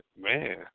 man